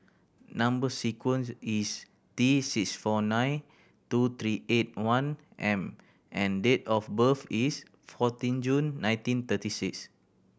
number sequence is T six four nine two three eight one M and date of birth is fourteen June nineteen thirty six